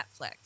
netflix